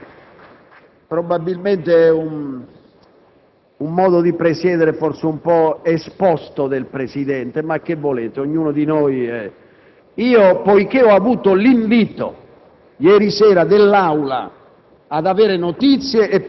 Senatore Buttiglione, probabilmente è un modo di presiedere un po' esposto del Presidente. Ma che volete, ognuno di noi